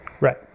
Right